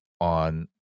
on